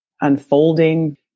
unfolding